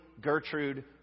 Gertrude